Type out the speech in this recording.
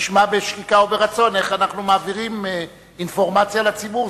נשמע בשקיקה וברצון איך אנחנו מעבירים אינפורמציה לציבור.